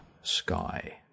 Sky